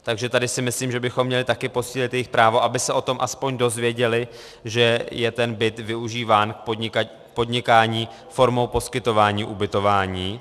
Takže tady si myslím, že bychom měli taky posílit jejich právo, aby se o tom aspoň dozvěděli, že je ten byt využíván k podnikání formou poskytování ubytování.